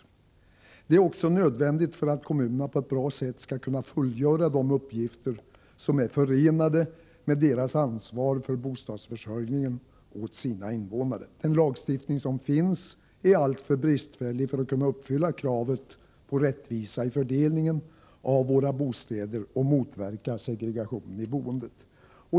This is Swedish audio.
Detta är också nödvändigt för att kommunerna på ett bra sätt skall kunna fullgöra de uppgifter som är förenade med deras ansvar för bostadsförsörjningen åt sina invånare. Den lagstiftning som finns är alltför bristfällig för att kunna uppfylla kravet på rättvisa i fördelningen av våra bostäder och motverka segregationen i boendet.